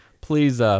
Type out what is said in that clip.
please